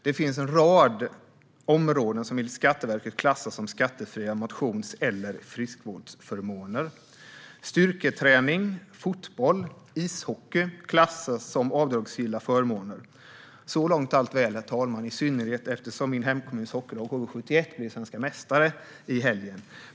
Det finns en rad områden som enligt Skatteverket klassas som skattefria motions eller friskvårdsförmåner. Styrketräning, fotboll och ishockey klassas som avdragsgilla förmåner. Så långt är allt väl, herr talman, i synnerhet eftersom min hemkommuns hockeylag HV71 blev svenska mästare i helgen.